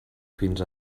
fins